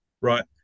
right